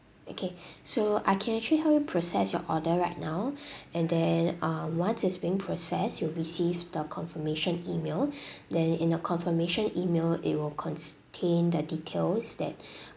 okay so I can actually hold process your order right now and then uh once it's being processed you'll receive the confirmation email then in the confirmation email it will contain the details that